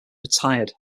retired